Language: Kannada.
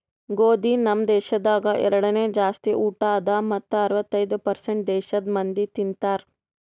ಗೋದಿ ನಮ್ ದೇಶದಾಗ್ ಎರಡನೇ ಜಾಸ್ತಿ ಊಟ ಅದಾ ಮತ್ತ ಅರ್ವತ್ತೈದು ಪರ್ಸೇಂಟ್ ದೇಶದ್ ಮಂದಿ ತಿಂತಾರ್